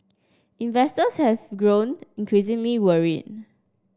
investors have grown increasingly worried